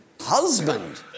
husband